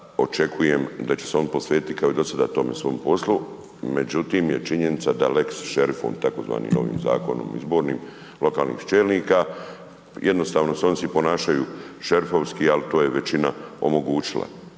očekujem da će se on posvetiti kao i dosada tome svome poslu, međutim je činjenica da lex šerif .../Govornik se ne razumije./... izbornim lokalnih čelnika jednostavno oni se ponašaju šerifovski, ali to je većina omogućila.